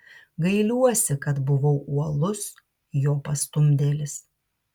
gailiuosi kad buvau uolus jo pastumdėlis